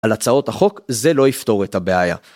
על הצעות החוק - זה לא יפתור את הבעיה.